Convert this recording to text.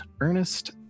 Ernest